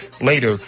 later